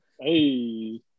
Hey